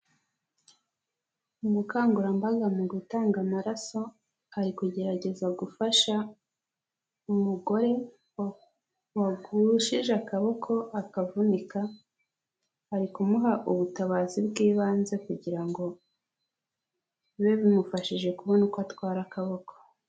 Umukangurambaga mu gutanga amaraso ari kugerageza gufasha umugore wagushije akaboko akavunika ari kumuha ubutabazi bw'ibanze kugira ngo bibe bimufashije kubona uko atwara akaboko.